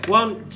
one